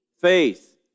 faith